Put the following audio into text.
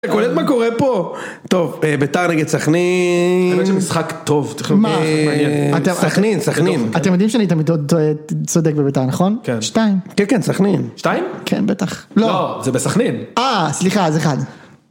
אתה קולט מה קורה פה, טוב ביתר נגיד סכנין, משחק טוב, סכנין סכנין, אתם יודעים שאני תמיד צודק בביתר נכון? שתיים, כן כן סכנין, שתיים? כן בטח, לא זה בסכנין, אה סליחה אז אחד.